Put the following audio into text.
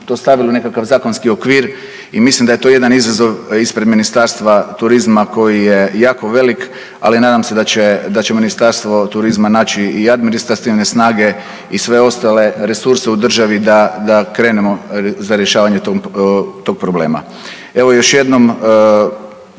to stavili u nekakav zakonski okvir i mislim da je to jedan izazov ispred Ministarstva turizma koji je jako velik, ali nadam se da će, da će Ministarstvo turizma naći i administrativne snage i sve ostale resurse u državi da, da krenemo za rješavanje tog problema. Evo još jednom